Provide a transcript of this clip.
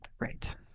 Right